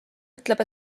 ütleb